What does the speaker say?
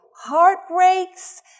heartbreaks